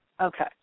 Okay